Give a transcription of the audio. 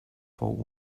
fou